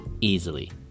easily